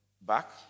back